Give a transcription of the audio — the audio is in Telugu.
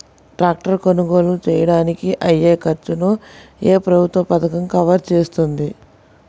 ట్రాక్టర్ కొనుగోలు చేయడానికి అయ్యే ఖర్చును ఏ ప్రభుత్వ పథకం కవర్ చేస్తుంది?